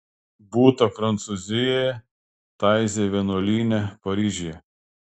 būta prancūzijoje taizė vienuolyne paryžiuje